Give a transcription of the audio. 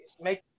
make